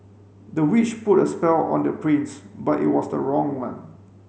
the witch put a spell on the prince but it was the wrong one